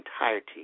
entirety